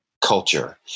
culture